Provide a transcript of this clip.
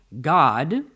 God